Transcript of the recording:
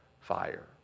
fire